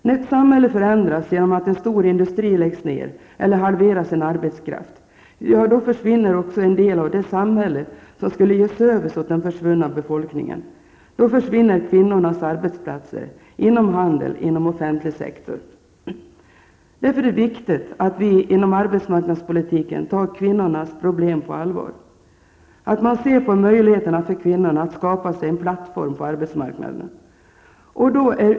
När ett samhälle förändras genom att en stor industri läggs ned eller halverar sin arbetskraft, försvinner också en del av det samhälle som skulle ge service åt den försvunna befolkningen. Då försvinner kvinnornas arbetsplatser inom handel och inom offentlig sektor. Det är därför viktigt att vi inom arbetsmarknadspolitiken tar kvinnornas problem på allvar och att ser till kvinnornas möjlighet att skapa sig en plattform på arbetsmarknaden.